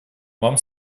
вам